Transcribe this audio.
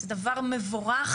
זה דבר מבורך,